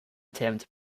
attempt